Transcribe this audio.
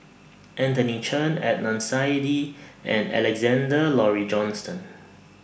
Anthony Chen Adnan Saidi and Alexander Laurie Johnston